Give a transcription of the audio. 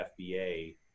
FBA